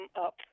up